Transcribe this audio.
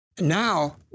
Now